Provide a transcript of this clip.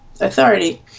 authority